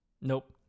Nope